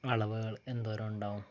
അളവുകൾ എന്തോരം ഉണ്ടാവും